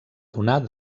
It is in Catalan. donar